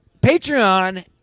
Patreon